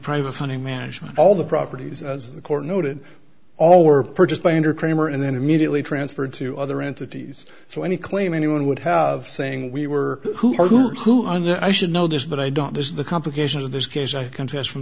private funding manage all the properties as the court noted all were purchased by under kramer and then immediately transferred to other entities so any claim anyone would have saying we were who are who and then i should know this but i don't this is the complication of this case i contest from